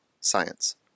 science